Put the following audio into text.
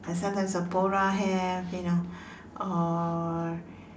like sometime Sephora have you know or